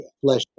flesh